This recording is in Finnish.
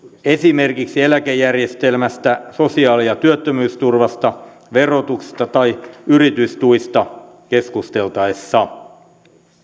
esimerkiksi eläkejärjestelmästä sosiaali ja työttömyysturvasta verotuksesta tai yritystuista keskusteltaessa